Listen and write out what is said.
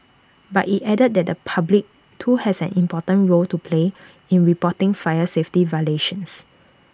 but IT added that the public too has an important role to play in reporting fire safety violations